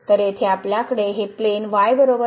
तर येथे आपल्याकडे हे प्लेन y y0 आहे